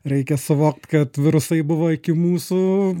reikia suvokt kad virusai buvo iki mūsų